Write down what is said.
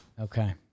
Okay